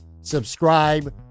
Subscribe